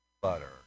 butter